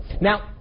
Now